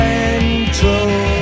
Central